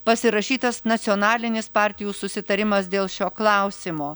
pasirašytas nacionalinis partijų susitarimas dėl šio klausimo